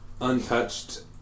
untouched